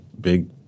big